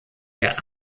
der